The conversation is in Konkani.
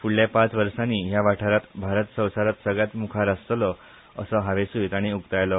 फुडले पांच वर्सानी या वाठारान भारत संवसारान सगळ्यांन मुखार आसतलो असो हावेसूय ताणी उक्तायलो